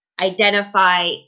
identify